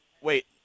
wait